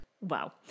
Wow